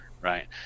Right